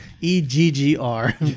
E-G-G-R